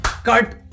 cut